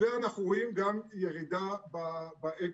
ואנחנו רואים גם ירידה באקזיטים.